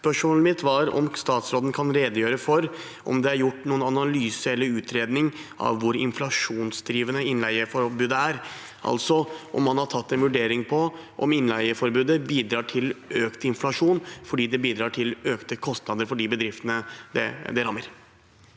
Spørsmålet mitt var om statsråden kan redegjøre for om det er gjort noen analyse eller utredning av hvor inflasjonsdrivende innleieforbudet er, altså om man har gjort en vurdering av om innleieforbudet bidrar til økt inflasjon fordi det bidrar til økte kostnader for de bedriftene det rammer.